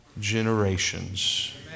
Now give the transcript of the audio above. generations